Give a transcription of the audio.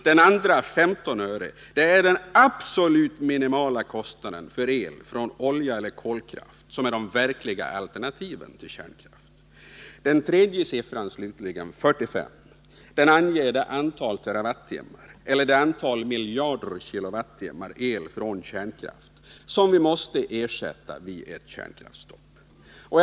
Den andra, 15 öre, är den absolut minimala kostnaden för el från olja eller kolkraft, som är de verkliga alternativen till kärnkraft. Den tredje siffran slutligen, 45, anger det antal terawattimmar, eller det antal miljarder kilowattimmar, el från kärnkraft som vi måste ersätta vid ett kärnkraftsstopp.